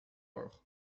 euch